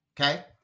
Okay